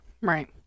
right